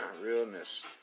realness